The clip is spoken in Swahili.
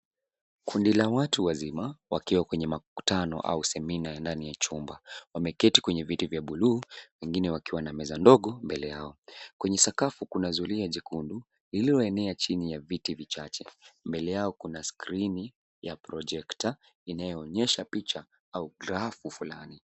Kundi la watu wazima wakiwa kwenye makutano au semina ya ndani ya chumba. Wameketi kwenye viti vya buluu wengine wakiwa na meza ndogo mbele yao. Kwenye sakafu kuna zulia jekundu lililoenea chini ya viti vichache. Mbele yao kuna skrini ya projecta inayoonyesha picha au grafu fulani.